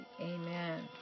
Amen